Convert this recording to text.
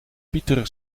pieter